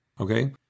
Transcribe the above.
Okay